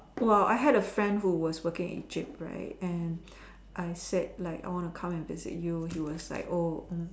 !wah! I had a friend who was working in Egypt right and I said like I want to come and visit you he was like oh